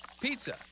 Pizza